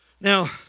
now